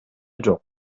жок